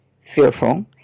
fearful